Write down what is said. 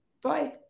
Bye